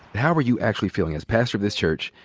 how were you actually feeling? as pastor of this church,